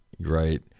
right